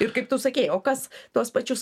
ir kaip tu sakei o kas tuos pačius